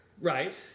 Right